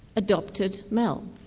adopted mel.